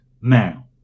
now